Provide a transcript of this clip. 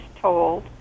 told